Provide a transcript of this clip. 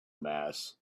mass